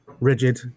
rigid